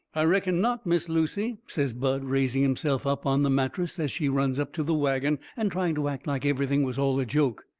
i reckon not, miss lucy, says bud raising himself up on the mattress as she runs up to the wagon, and trying to act like everything was all a joke.